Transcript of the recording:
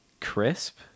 crisp